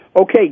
Okay